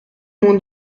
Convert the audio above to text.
mon